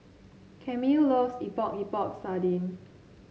Camille loves Epok Epok Sardin